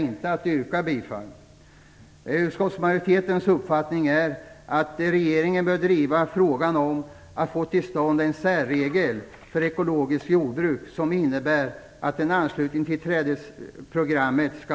Utskottsmajoritetens uppfattning är att regeringen bör driva frågan om att få till stånd en särregel för ekologiskt jordbruk som innebär en frivillig anslutning till trädesprogrammet.